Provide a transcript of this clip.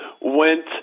went